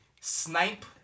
snipe